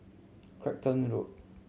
Clacton Road